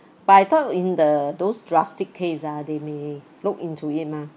but I thought in the those drastic case ah they may look into it mah